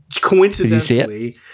coincidentally